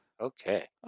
Okay